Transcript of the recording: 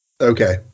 Okay